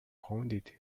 founded